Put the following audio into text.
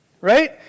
Right